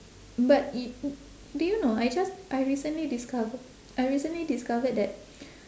but i~ did you know I just I recently discover I recently discovered that